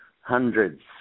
hundreds